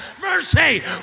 Mercy